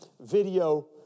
video